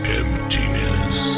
emptiness